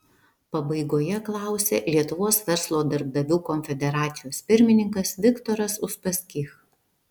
pabaigoje klausė lietuvos verslo darbdavių konfederacijos pirmininkas viktoras uspaskich